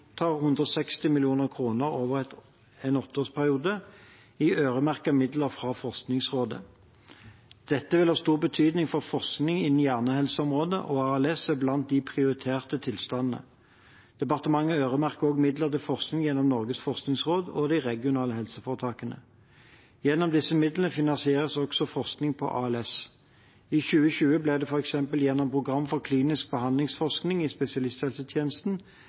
160 mill. kr over en åtteårsperiode i øremerkede midler fra Forskningsrådet. Dette vil ha stor betydning for forskning innen hjernehelseområdet, og ALS er blant de prioriterte tilstandene. Departementet øremerker også midler til forskning gjennom Norges forskningsråd og de regionale helseforetakene. Gjennom disse midlene finansieres også forskning på ALS. I 2020 ble det f.eks. gjennom Program for klinisk behandlingsforskning i spesialisthelsetjenesten